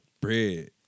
Bread